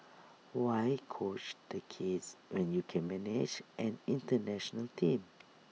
why coach the kids when you can manage an International team